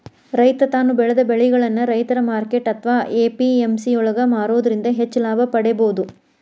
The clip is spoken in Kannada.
ರೈತ ತಾನು ಬೆಳೆದ ಬೆಳಿಗಳನ್ನ ರೈತರ ಮಾರ್ಕೆಟ್ ಅತ್ವಾ ಎ.ಪಿ.ಎಂ.ಸಿ ಯೊಳಗ ಮಾರೋದ್ರಿಂದ ಹೆಚ್ಚ ಲಾಭ ಪಡೇಬೋದು